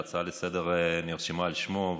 שההצעה לסדר-היום נרשמה על שמו,